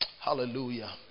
Hallelujah